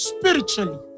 spiritually